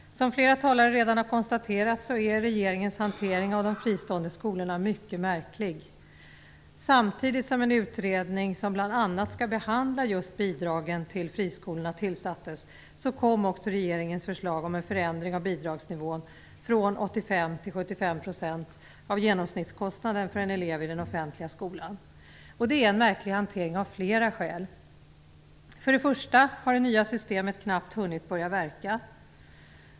Herr talman! Som flera talare redan har konstaterat är regeringens hantering av de fristående skolorna mycket märklig. Samtidigt som en utredning tillsattes, som bl.a. skulle behandla just bidragen till friskolorna, kom regeringens förslag om en förändring av bidragsnivån från 85 % till 75 % av genomsnittskostnaden för en elev i den offentliga skolan. Det är en märklig hantering av flera skäl. För det första har det nya systemet knappt hunnit börja verka.